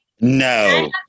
no